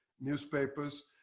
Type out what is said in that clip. newspapers